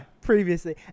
previously